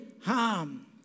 harm